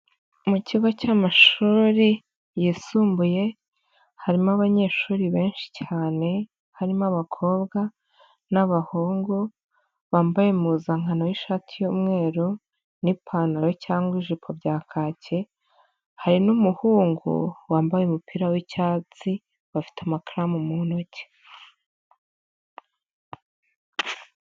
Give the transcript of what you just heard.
Mu kigo cy'amashuri yisumbuye, harimo abanyeshuri benshi cyane, harimo abakobwa n'abahungu, bambaye impuzankano y'ishati y'umweru, n'ipantaro cyangwa ijipo bya kake, hari n'umuhungu wambaye umupira w'icyatsi, bafite amakaramu mu ntoki.